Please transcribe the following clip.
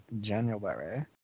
January